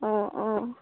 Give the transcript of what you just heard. অঁ অঁ